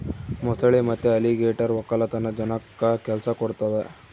ಮೊಸಳೆ ಮತ್ತೆ ಅಲಿಗೇಟರ್ ವಕ್ಕಲತನ ಜನಕ್ಕ ಕೆಲ್ಸ ಕೊಡ್ತದೆ